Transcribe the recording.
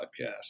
podcast